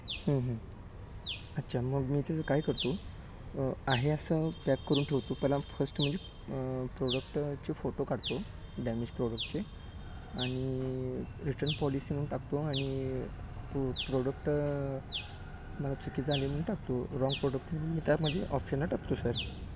अच्छा मग मी तिथे काय करतो आहे असं पॅक करून ठेवतो पहिला फर्स्ट म्हणजे प्रोडक्टचे फोटो काढतो डॅमेज प्रॉडक्टचे आणि रिटर्न पॉलिसी म्हणून टाकतो आणि तो प्रोडक्ट मला चूक झाली म्हणून टाकतो रॉन्ग प्रॉडक्ट मी त्यामध्ये ऑप्शनला टाकतो सर